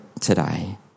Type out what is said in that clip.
today